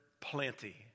plenty